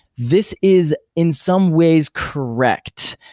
this is, in some ways, correct.